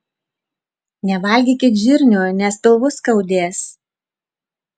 nevalgykit žirnių nes pilvus skaudės